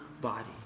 body